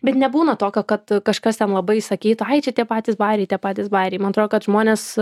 bet nebūna tokio kad kažkas ten labai įsakytų ai čia tie patys bajeriai tie patys bajeriai man atrodo kad žmonės